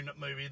movie